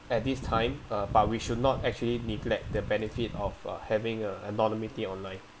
at this time uh but we should not actually neglect the benefit of uh having uh anonymity online